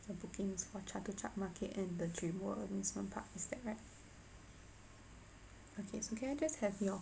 the bookings for chatuchak market and the dream world amusement park is that right okay so can I just have your